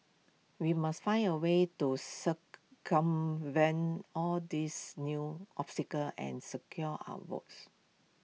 we must find A way to circumvent all these new obstacles and secure our votes